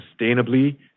sustainably